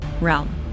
Realm